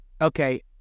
okay